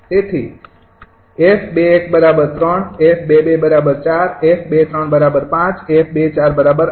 તેથી 𝑓૨૧૩ 𝑓૨૨૪ 𝑓૨૩૫ 𝑓૨૪૮ બરાબર